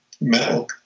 Metal